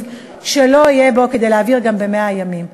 שלא יהיה כדי להעביר אותו גם ב-100 ימים?